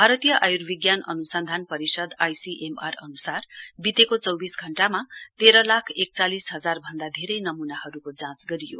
भारतीय आयुर्विज्ञान अनुसन्धान परिषद आइसिएमआर अनुसार वितेको चौविस घण्टामा तेह्र लाख एकचालिस हजार भन्दा धेरै नमूनाहरूको जाँच गरियो